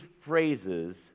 phrases